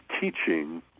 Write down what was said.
teaching